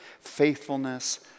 faithfulness